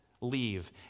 leave